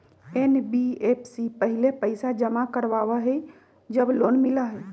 NBFC पहले पईसा जमा करवहई जब लोन मिलहई?